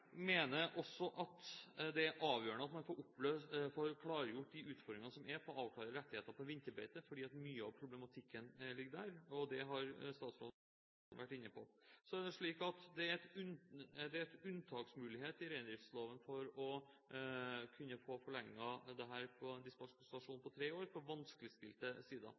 mener også at det er avgjørende at man får løst de utfordringene som finnes når det gjelder å avklare rettigheter knyttet til vinterbeite, fordi mye av problematikken ligger der. Det har statsråden vært inne på. Det er en unntaksmulighet i reindriftsloven for å kunne få forlenget dette med en dispensasjon på tre år for vanskeligstilte sidaer. Jeg håper statsråden har tenkt å legge seg på